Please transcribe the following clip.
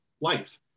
life